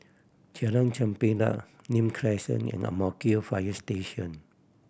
Jalan Chempedak Nim Crescent and Ang Mo Kio Fire Station